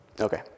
Okay